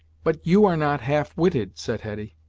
but you are not half-witted, said hetty,